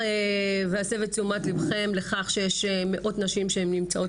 אסב את תשומת לבכם לכך שיש מאות נשים שנמצאות